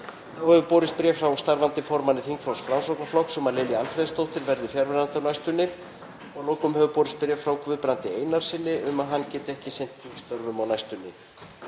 Þá hefur borist bréf frá starfandi formanni þingflokks Framsóknarflokks um að Lilja Alfreðsdóttir verði fjarverandi á næstunni. Að lokum hefur borist bréf frá Guðbrandi Einarssyni um að hann geti ekki sinnt þingstörfum á næstunni.